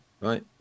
right